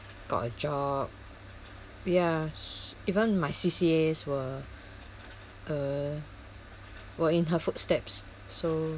got a job yes even my C_C_As were uh were in her footsteps so